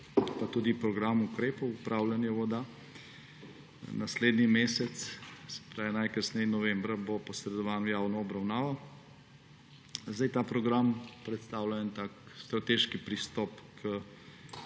pa tudi program ukrepov upravljanja voda. Naslednji mesec, se pravi najkasneje novembra bo posredovan v javno obravnavo. Ta program predstavlja tak strateški pristop k